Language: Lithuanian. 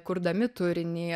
kurdami turinį